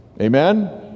amen